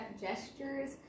gestures